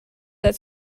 that